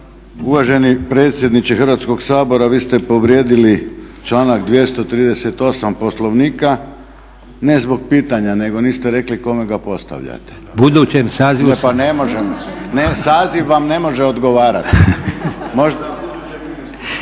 Uvaženi predsjedniče Hrvatskog sabora, vi ste povrijedili članak 238. Poslovnika, ne zbog pitanja nego niste rekli kome ga postavljate. **Leko, Josip